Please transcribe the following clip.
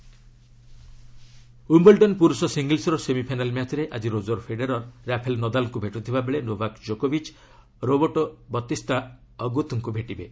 Wimbledon Wimbledon ପୁରୁଷ ସିଙ୍ଗଲ୍ସ୍ର semifinal ମ୍ୟାଚ୍ରେ ଆଜି ରୋଜର୍ ଫେଡେରର୍ ରାଫେଲ୍ ନାଦାଲ୍ଙ୍କୁ ଭେଟୁଥିବାବେଳେ ନୋଭାକ୍ ଜୋକୋବିଚ୍ ରୋବର୍ଟୋ ବତିସ୍ତା ଅଗୁତ୍ଙ୍କୁ ଭେଟିବେ